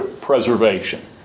preservation